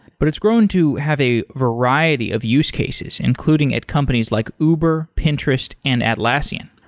but it's grown to have a variety of use cases including at companies like uber, pinterest and atalassian.